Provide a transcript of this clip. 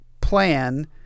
plan